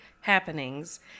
happenings